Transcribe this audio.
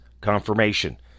confirmation